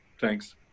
thanks